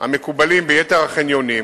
המקובלים ביתר החניונים